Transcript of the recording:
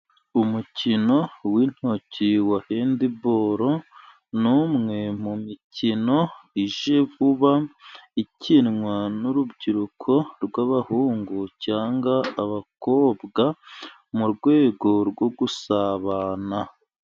Umukino w'intoki wa hendiboro ni imwe mu mikino ije vuba. Ikinwa n'urubyiruko rw'abahungu cyangwa abakobwa, mu rwego rwo gusabana.